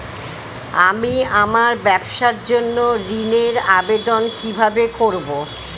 আমি আমার ব্যবসার জন্য ঋণ এর আবেদন কিভাবে করব?